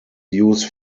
use